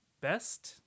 Best